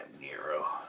Nero